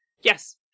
Yes